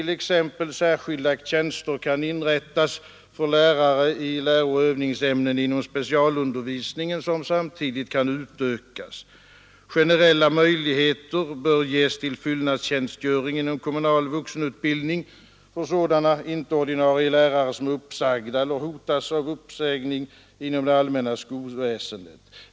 Särskilda tjänster kan t.ex. inrättas för lärare i lärooch övningsämnen inom specialundervisningen, som samtidigt kan utökas. Generella möjligheter bör ges till fyllnadstjänstgöring inom kommunal vuxenutbildning för sådana icke ordinarie lärare som är uppsagda eller hotas av uppsägning inom det allmänna skolväsendet.